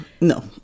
no